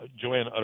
Joanne